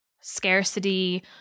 scarcity